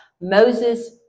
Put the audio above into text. Moses